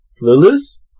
Lulu's